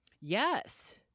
yes